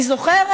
אני זוכרת,